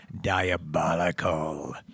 diabolical